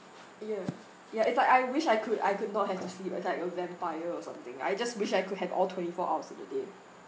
ya ya it's like I wish I could I could not have to sleep it's like a vampire or something I just wish I could have all twenty four hours of the day